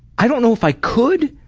i don't know if i could,